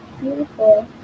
Beautiful